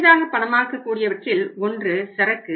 எளிதாக பணமாக்க கூடியவற்றில் ஒன்று சரக்கு